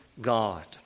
God